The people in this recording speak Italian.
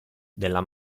della